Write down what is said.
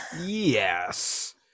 Yes